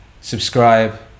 subscribe